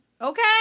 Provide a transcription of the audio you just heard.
Okay